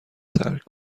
ترک